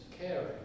caring